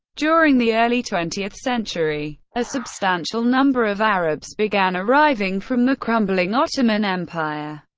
during the early twentieth century, a substantial number of arabs began arriving from the crumbling ottoman empire.